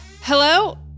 Hello